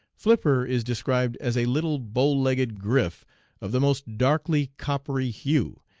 flipper is described as a little bow-legged grif of the most darkly coppery hue,